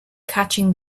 catching